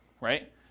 right